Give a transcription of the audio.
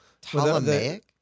Ptolemaic